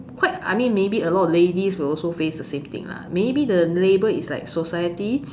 quite I mean maybe a lot of ladies will also face the same thing lah maybe the label is like society